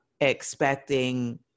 expecting